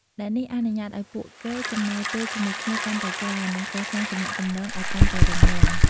ដែលនេះអនុញ្ញាតឱ្យពួកគេចំណាយពេលជាមួយគ្នាកាន់តែច្រើន និងកសាងទំនាក់ទំនងឲ្យកាន់តែរឹងមាំ។